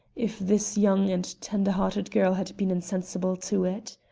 if this young and tender-hearted girl had been insensible to it!